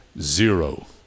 Zero